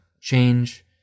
change